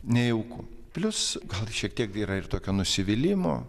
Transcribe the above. nejauku plius gal šiek tiek yra ir tokio nusivylimo